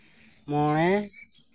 ᱢᱚᱬᱮ